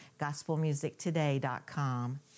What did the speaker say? gospelmusictoday.com